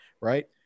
right